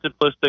simplistic